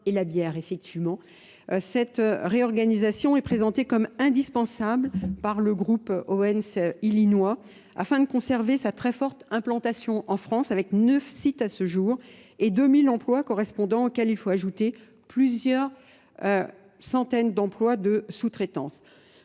et la bière, effectivement. Cette réorganisation est présentée comme indispensable par le groupe ONC Illinois afin de conserver sa très forte implantation en France avec neuf sites à ce jour et 2000 emplois correspondant auxquels il faut ajouter plusieurs centaines d'emplois de sous-traitance.